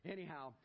Anyhow